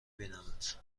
بینمت